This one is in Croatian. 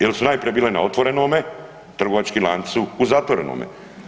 Jer su najprije bile na otvorenome, trgovački lanci su u zatvorenome.